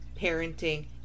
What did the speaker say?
parenting